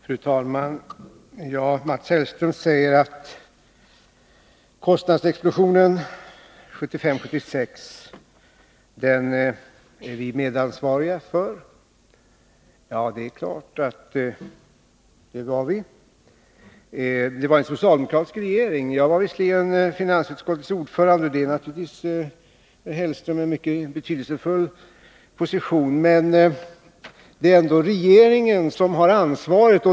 Fru talman! Mats Hellström säger att vi var medansvariga för kostnadsexplosionen 1975-1976, och det är klart att vi var det. Det var en socialdemokratisk regering då. Jag var visserligen finansutskottets ordförande, och det är naturligtvis en mycket betydelsefull position, Mats Hellström, men det är ändå regeringen som har ansvaret.